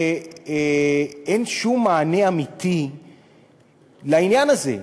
ואין שום מענה אמיתי לעניין הזה.